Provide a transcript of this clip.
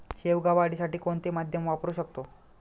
शेवगा वाढीसाठी कोणते माध्यम वापरु शकतो?